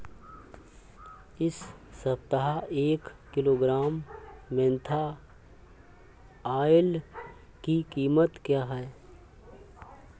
इस सप्ताह एक किलोग्राम मेन्था ऑइल की कीमत क्या है?